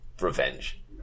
revenge